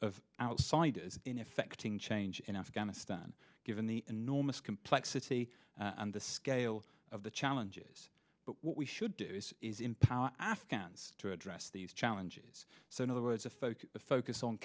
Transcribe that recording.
of outsiders in effecting change in afghanistan given the enormous complexity and the scale of the challenges but what we should do is empower afghans to address these challenges so in other words a focus of focus on